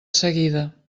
seguida